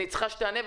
אני צריכה שתענה.